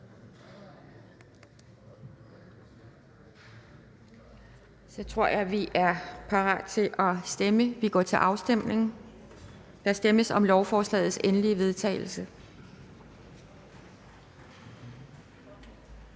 Så tror jeg, vi er parat til at stemme. Der stemmes om lovforslagets endelige vedtagelse.